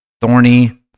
thorny